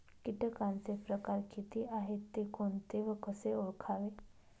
किटकांचे प्रकार किती आहेत, ते कोणते व कसे ओळखावे?